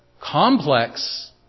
complex